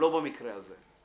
אבל לא במקרה הזה.